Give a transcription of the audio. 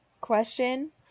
question